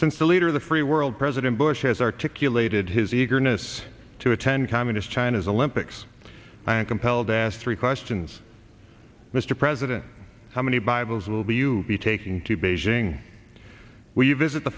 since the leader of the free world president bush has articulated his eagerness to attend communist china's olympics i'm compelled asked three questions mr president how many bibles will be you be taking to beijing we visit the